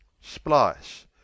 splice